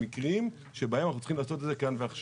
במקרים שבהם אנחנו צריכים לעשות את זה כאן ועכשיו,